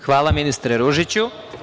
Hvala, ministre Ružiću.